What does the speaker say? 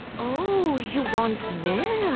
oh, you want and